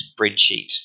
spreadsheet